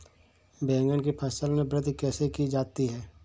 बैंगन की फसल में वृद्धि कैसे की जाती है?